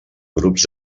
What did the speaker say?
grups